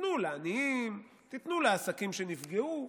תיתנו לעניים, תיתנו לעסקים שנפגעו.